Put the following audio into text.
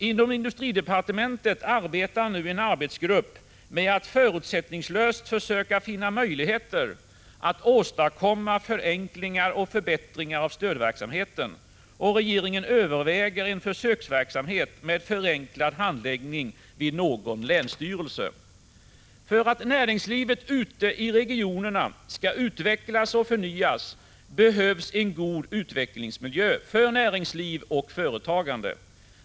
Inom industridepartementet arbetar nu en arbetsgrupp med att förutsättningslöst försöka finna möjligheter att åstadkomma förenklingar och förbättringar av stödverksamheten. Regeringen överväger en försöksverksamhet med förenklad handläggning vid någon länsstyrelse. För att näringslivet ute i regionerna skall utvecklas och förnyas behövs en god utvecklingsmiljö för näringsliv och företagande.